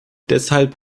deshalb